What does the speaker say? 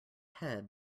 head